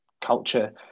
culture